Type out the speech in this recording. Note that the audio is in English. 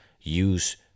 use